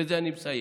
בזה אני מסיים,